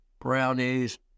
brownies